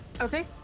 Okay